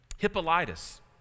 Hippolytus